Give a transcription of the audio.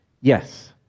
Yes